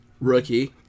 Rookie